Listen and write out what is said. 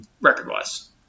record-wise